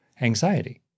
anxiety